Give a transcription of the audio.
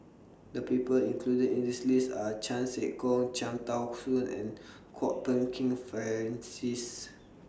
The People included in This list Are Chan Sek Keong Cham Tao Soon and Kwok Peng Kin Francis